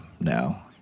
now